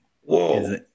Whoa